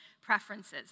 preferences